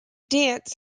dance